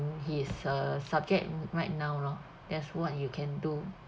his uh subject right now lor that's what you can do